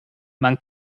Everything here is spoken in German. man